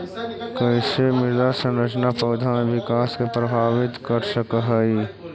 कईसे मृदा संरचना पौधा में विकास के प्रभावित कर सक हई?